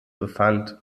befand